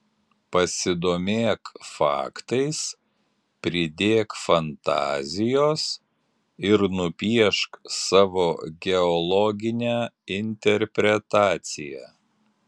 pasidomėk faktais pridėk fantazijos ir nupiešk savo geologinę interpretaciją